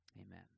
amen